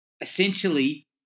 essentially